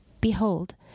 Behold